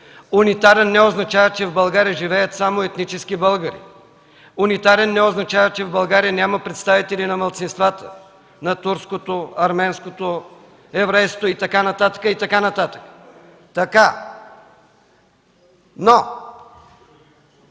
Унитарен не означава, че в България живеят само етнически българи. Унитарен не означава, че в България няма представители на малцинствата – на турското, арменското, еврейското и така нататък, и така